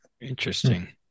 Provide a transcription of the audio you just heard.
interesting